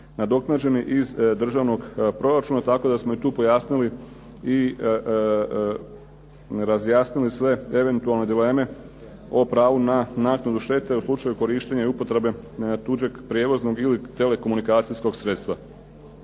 nadoknađeni iz državnog proračuna tako da smo i tu pojasnili i razjasnili sve eventualne dileme o pravu na naknadu štete u slučaju korištenja i upotrebe tuđeg prijevoznog ili telekomunikacijskog sredstva.